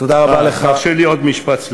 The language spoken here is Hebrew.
תרשה לי עוד משפט,